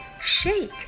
shake